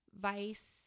Vice